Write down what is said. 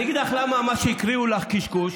אני אגיד לך למה מה שנתנו לך להקריא קשקוש,